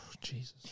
Jesus